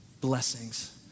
blessings